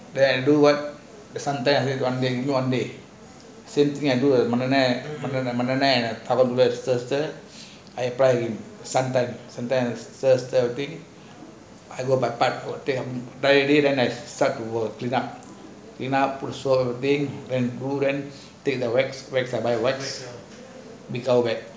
everyone sometime I do one day not one day simply மண்ணென மண்ணென:mannena mannena stir stir stir dry with sun stir stir again I go பட்ட போடு:patta potu dry already then I suck the the train take the wax wax